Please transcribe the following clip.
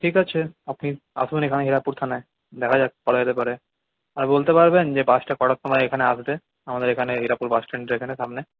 ঠিক আছে আপনি আসুন এখানে হিরাপুর থানায় দেখা যাক কী করা যেতে পারে আর বলতে পারবেন যে বাসটা কটার সময় এখানে আসবে আমাদের এখানে হিরাপুর বাসস্ট্যান্ডের এখানে সামনে